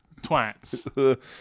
twats